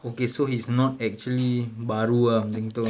okay so he's not actually baru ah macam gitu